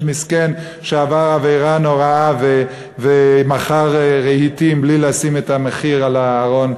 מסכן שעבר עבירה נוראה ומכר רהיטים בלי לשים את המחיר על הארון,